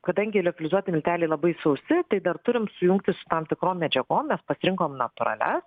kadangi liofelizuoti milteliai labai sausi tai dar turim sujungti su tam tikrom medžiagom mes pasirinkom natūralias